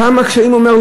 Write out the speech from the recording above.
כמה קשיים יש,